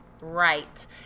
Right